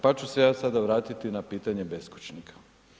Pa ću se ja sada vratiti na pitanje beskućnika.